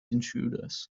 intruders